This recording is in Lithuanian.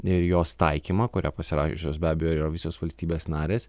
ir jos taikymą kurią pasirašiusios be abejo yra visos valstybės narės